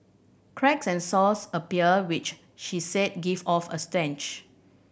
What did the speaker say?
cracks and sores appear which she said give off a stench